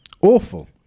awful